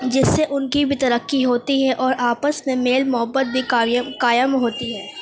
جس سے ان کی بھی ترقی ہوتی ہے اور آپس میں میل محبت بھی قائم قائم ہوتی ہے